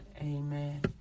Amen